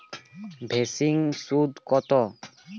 সেভিংসে সুদ কত?